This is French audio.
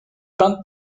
peinte